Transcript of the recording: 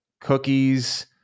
cookies